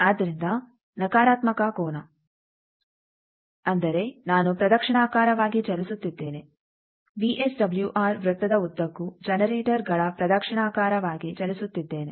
ಆದ್ದರಿಂದ ನಕಾರಾತ್ಮಕ ಕೋನ ಅಂದರೆ ನಾನು ಪ್ರದಕ್ಷಿಣಾಕಾರವಾಗಿ ಚಲಿಸುತ್ತಿದ್ದೇನೆ ವಿಎಸ್ಡಬ್ಲ್ಯೂಆರ್ ವೃತ್ತದ ಉದ್ದಕ್ಕೂ ಜನರೇಟರ್ಗಳ ಪ್ರದಕ್ಷಿಣಾಕಾರವಾಗಿ ಚಲಿಸುತ್ತಿದ್ದೇನೆ